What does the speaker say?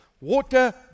water